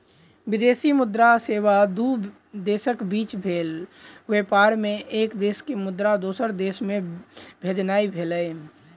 विदेशी मुद्रा सेवा दू देशक बीच भेल व्यापार मे एक देश के मुद्रा दोसर देश मे भेजनाइ भेलै